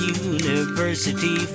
university